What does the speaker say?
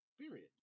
period